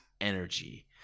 energy